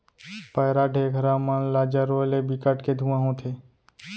पैरा, ढेखरा मन ल जरोए ले बिकट के धुंआ होथे